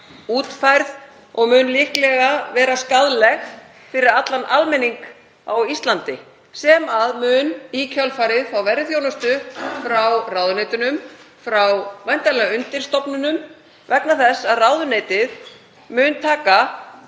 útfærð og mun líklega verða skaðleg fyrir allan almenning á Íslandi sem mun í kjölfarið fá verri þjónustu frá ráðuneytunum og væntanlega frá undirstofnunum, vegna þess að það mun taka